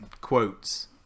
quotes